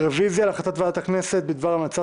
רביזיה על החלטת ועדת הכנסת בדבר המלצה